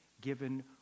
given